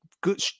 good